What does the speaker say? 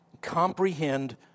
comprehend